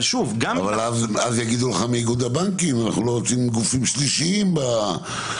אז יגידו לך מאיגוד הבנקים: אנחנו לא רוצים גופים שלישיים בפעולה.